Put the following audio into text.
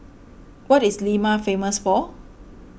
what is Lima famous for